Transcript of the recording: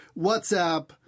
WhatsApp